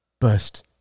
burst